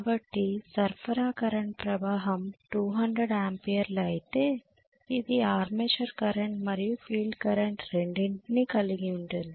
కాబట్టి సరఫరా కరెంట్ ప్రవాహం 200 ఆంపియర్లు అయితే ఇది ఆర్మేచర్స్ కరెంట్ మరియు ఫీల్డ్ కరెంట్ రెండింటినీ కలిగి ఉంటుంది